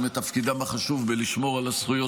גם עושים את תפקידם החשוב בלשמור על הזכויות